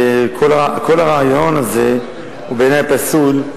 כל הרעיון הזה הוא בעיני פסול,